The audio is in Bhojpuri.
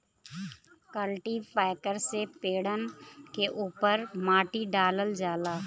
कल्टीपैकर से पेड़न के उपर माटी डालल जाला